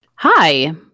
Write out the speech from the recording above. hi